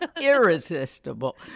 irresistible